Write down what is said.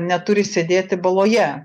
neturi sėdėti baloje